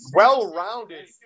well-rounded